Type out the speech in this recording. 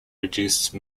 reduce